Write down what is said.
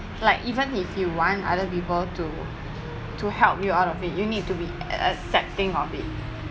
like even if you want other people to to help you all of it you need to be ac~ accepting of it